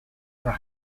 are